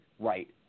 right